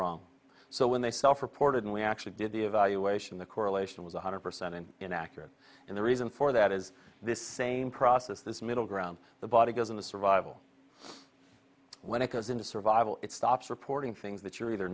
wrong so when they self reported and we actually did the evaluation the correlation was one hundred percent in inaccurate and the reason for that is this same process this middleground the body goes into survival when it goes into survival it stops reporting things that you're either